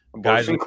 guys